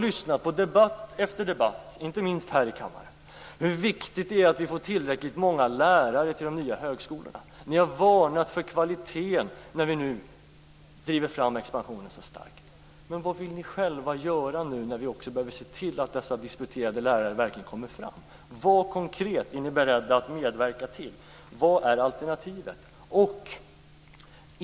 I debatt efter debatt, inte minst här i kammaren, har det påpekats hur viktigt det är att vi får tillräckligt många lärare till de nya högskolorna. Ni har varnat för att kvaliteten kan sänkas när vi nu driver på expansionen så starkt. Men vad vill ni själva göra när vi nu behöver se till att dessa disputerade lärare verkligen kommer fram? Vad konkret är ni beredda att medverka till? Vad är alternativet?